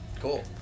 Cool